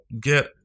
get